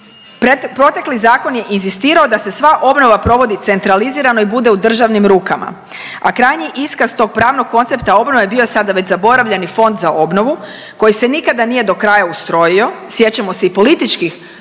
Protekli zakon je inzistirao da se sva obnova provodi centralizirano i bude u državnim rukama, a krajnji iskaz tog pravnog koncepta obnove bio je sada već zaboravljeni Fond za obnovu koji se nikada do kraja nije ustrojio, sjećamo se i političkih problema